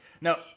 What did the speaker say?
No